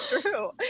true